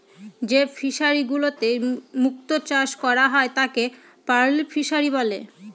যে ফিশারিগুলোতে মুক্ত চাষ করা হয় তাকে পার্ল ফিসারী বলে